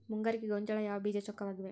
ಮುಂಗಾರಿಗೆ ಗೋಂಜಾಳ ಯಾವ ಬೇಜ ಚೊಕ್ಕವಾಗಿವೆ?